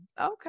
Okay